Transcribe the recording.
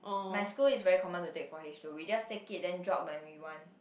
my school is very common to take four H-two we just take it then drop when we want